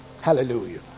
Hallelujah